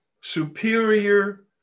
superior